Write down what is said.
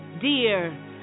Dear